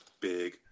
big